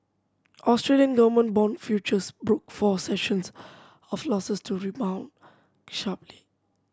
Australian government bond futures broke four sessions of losses to rebound sharply